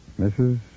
Mrs